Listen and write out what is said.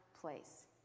place